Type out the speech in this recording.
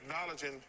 acknowledging